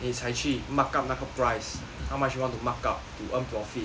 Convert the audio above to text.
你才去 mark up 那个 price how much you want mark up to earn profit